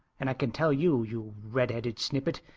and i can tell you, you redheaded snippet,